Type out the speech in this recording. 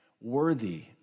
worthy